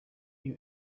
you